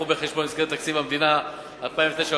שהובאו בחשבון במסגרת תקציב המדינה לשנים 2009